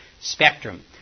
spectrum